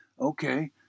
Okay